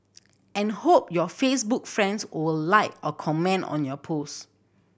and hope your Facebook friends will like or comment on your post